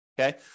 okay